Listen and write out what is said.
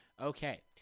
Okay